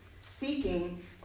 seeking